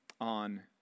on